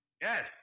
Yes